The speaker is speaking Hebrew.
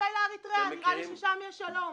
אולי לאריתריאה, נראה לי ששם יש שלום.